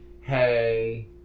Hey